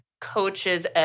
coaches